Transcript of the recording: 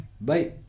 Bye